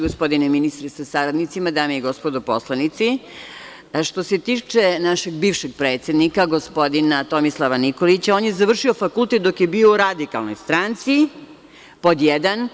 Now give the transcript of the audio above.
Gospodine ministre sa saradnicima, dame i gospodo narodni poslanici, što se tiče našeg bivšeg predsednika, gospodina Tomislava Nikolića, on je završio fakultet dok je bio u radikalnoj stranci pod jedan.